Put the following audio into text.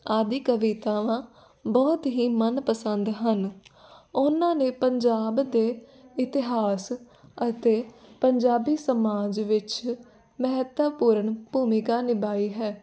ਆਦਿ ਕਵਿਤਾਵਾਂ ਬਹੁਤ ਹੀ ਮਨ ਪਸੰਦ ਹਨ ਉਹਨਾਂ ਨੇ ਪੰਜਾਬ ਦੇ ਇਤਿਹਾਸ ਅਤੇ ਪੰਜਾਬੀ ਸਮਾਜ ਵਿੱਚ ਮਹੱਤਵਪੂਰਨ ਭੂਮਿਕਾ ਨਿਭਾਈ ਹੈ